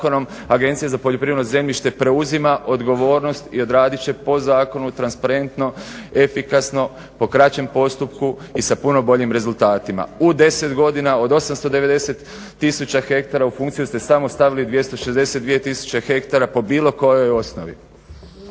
Agencija za poljoprivredno zemljište preuzima odgovornost i odradit će po zakonu transparentno, efikasno, po kraćem postupku i sa puno boljim rezultatima. U 10 godina od 890000 ha u funkciju ste samo stavili 262000 ha po bilo kojoj osnovi.